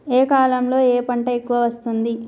ఏ కాలంలో ఏ పంట ఎక్కువ వస్తోంది?